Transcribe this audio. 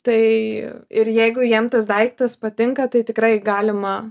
tai ir jeigu jam tas daiktas patinka tai tikrai galima